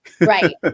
Right